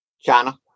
China